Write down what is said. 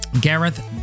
Gareth